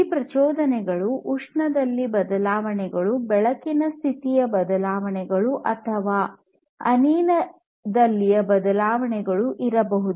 ಈ ಪ್ರಚೋದನೆಗಳು ಉಷ್ಣದಲ್ಲಿ ಬದಲಾವಣೆಗಳು ಬೆಳಕಿನ ಸ್ಥಿತಿಯ ಬದಲಾವಣೆಗಳು ಅಥವಾ ಅನಿಲದಲ್ಲಿ ಬದಲಾವಣೆಗಳು ಇರಬಹುದು